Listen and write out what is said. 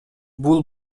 бул